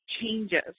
changes